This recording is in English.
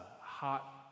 hot